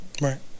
Right